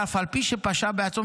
שאף על פי שפשע בעצמו,